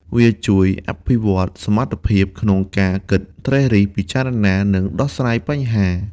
វាជួយអភិវឌ្ឍសមត្ថភាពក្នុងការគិតត្រិះរិះពិចារណា និងដោះស្រាយបញ្ហា។